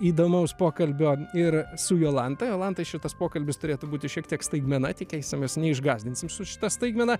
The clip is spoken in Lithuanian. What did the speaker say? įdomaus pokalbio ir su jolanta jolantai šitas pokalbis turėtų būti šiek tiek staigmena tikėsimės neišgąsdinsim su šita staigmena